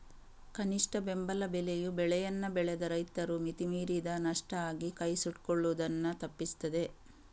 ಕನಿಷ್ಠ ಬೆಂಬಲ ಬೆಲೆಯು ಬೆಳೆಯನ್ನ ಬೆಳೆದ ರೈತರು ಮಿತಿ ಮೀರಿದ ನಷ್ಟ ಆಗಿ ಕೈ ಸುಟ್ಕೊಳ್ಳುದನ್ನ ತಪ್ಪಿಸ್ತದೆ